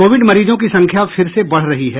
Covid मरीजों की संख्या फिर से बढ़ रही है